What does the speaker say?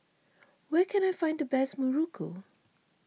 where can I find the best Muruku